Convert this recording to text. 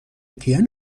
کیه